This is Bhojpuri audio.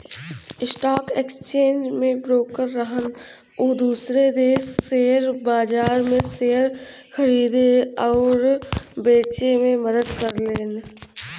स्टॉक एक्सचेंज में ब्रोकर रहन उ दूसरे के शेयर बाजार में शेयर खरीदे आउर बेचे में मदद करेलन